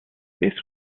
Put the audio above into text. this